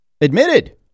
admitted